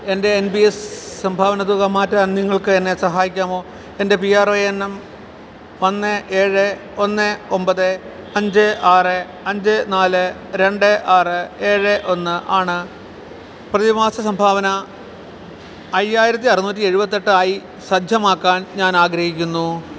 എൻ്റെ N P S സംഭാവന തുക മാറ്റാൻ നിങ്ങൾക്ക് എന്നെ സഹായിക്കാമോ എൻ്റെ പി ആർ ഒ എൻ ഒന്ന് ഏഴ് ഒന്ന് ഒമ്പത് അഞ്ച് ആറ് അഞ്ച് നാല് രണ്ട് ആറ് ഏഴേ ഒന്ന് ആണ് പ്രതിമാസ സംഭാവന അയ്യായിരത്തി അറുന്നൂറ്റി എഴുപത്തി എട്ടായി സജ്ജമാക്കാൻ ഞാൻ ആഗ്രഹിക്കുന്നു